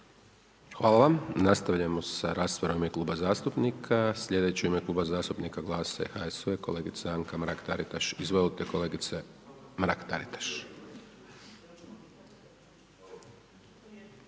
Hvala. Nastavljamo sa radovima u ima kluba zastupnika. Sljedeći u ime Kluba zastupnika GLAS-a i HSU-a, kolegica Anka Mrak Taritaš. **Mrak-Taritaš,